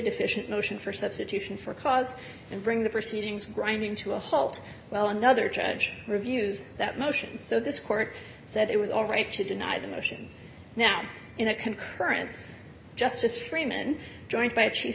deficient motion for substitution for cause and bring the proceedings grinding to a halt well another to reviews that motion so this court said it was all right to deny the motion now in a concurrence justice freiman joined by chief